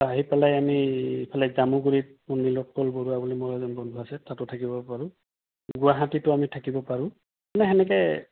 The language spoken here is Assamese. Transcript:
আহি পেলাই আমি ইফালে জামুগুৰিত নীলোৎপল বৰুৱা বুলি মোৰ এজন বন্ধু আছে তাতো থাকিব পাৰোঁ গুৱাহাটীটো আমি থাকিব পাৰোঁ মানে সেনেকৈ